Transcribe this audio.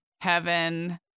heaven